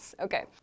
Okay